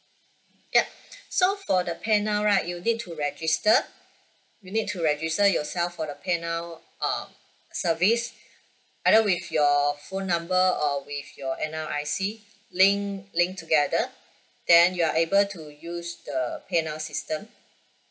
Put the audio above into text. yup so for the pay now right you need to register you need to register yourself for the pay now err service either with your phone number or with your N_R_I_C link link together then you are able to use the pay now system